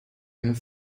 and